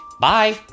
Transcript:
Bye